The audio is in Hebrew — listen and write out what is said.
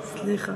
אילן.